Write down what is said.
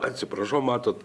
atsiprašau matot